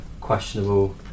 questionable